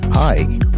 Hi